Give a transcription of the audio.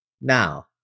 Now